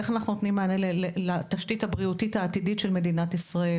איך אנחנו נותנים מענה לתשתית הבריאותית העתידית של מדינת ישראל